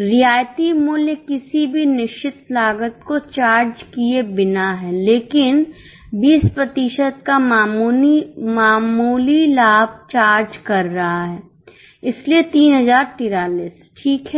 रियायती मूल्य किसी भी निश्चित लागत को चार्ज किए बिना है लेकिन 20 प्रतिशत का मामूली लाभ चार्ज कर रहा है इसलिए 3043 ठीक है